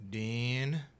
Dean